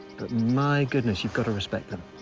my goodness, you've got to respect them.